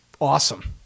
awesome